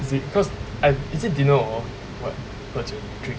is it because I'm is it dinner or what 喝酒 drink